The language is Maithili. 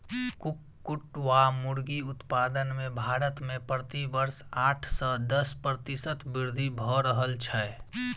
कुक्कुट वा मुर्गी उत्पादन मे भारत मे प्रति वर्ष आठ सॅ दस प्रतिशत वृद्धि भ रहल छै